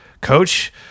Coach